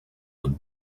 would